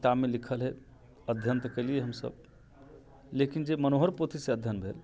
किताबमे लिखल है अध्ययन तऽ केलियै हम सब लेकिन जे मनोहर पोथीसँ अध्ययन भेल